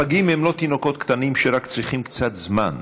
הפגים הם לא תינוקות קטנים שרק צריכים קצת זמן,